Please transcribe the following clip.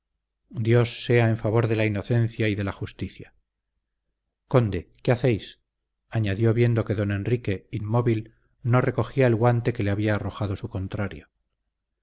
dios sea en favor de la inocencia y de la justicia conde qué hacéis añadió viendo que don enrique inmóvil no recogía el guante que le había arrojado su contrario